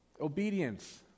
Obedience